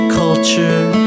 culture